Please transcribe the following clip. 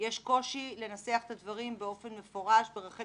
יש קושי לנסח את הדברים באופן מפורש ברחל